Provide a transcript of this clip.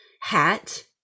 hat